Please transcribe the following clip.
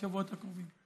בשבועות הקרובים.